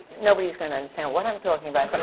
nobody is going to understand what i'm talking about,